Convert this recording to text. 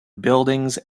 buildings